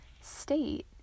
state